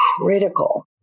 critical